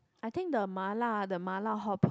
I think the Mala the Mala Hotpot